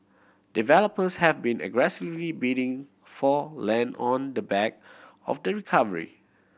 developers have been aggressively bidding for land on the back of the recovery